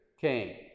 came